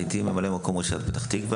הייתי ממלא מקום ראש עיריית פתח תקווה